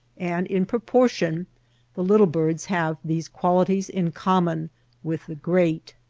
and in proportion the little birds have these qualities in common with the great.